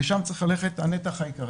לשם צריך ללכת הנתח העיקרי.